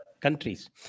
countries